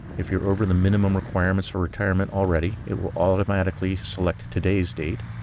if you're over the minimum requirements for retirement already, it will automatically select today's date.